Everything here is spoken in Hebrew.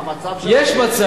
אדוני היושב-ראש,